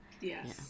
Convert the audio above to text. Yes